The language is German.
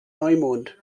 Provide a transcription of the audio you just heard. neumond